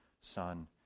Son